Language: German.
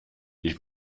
ich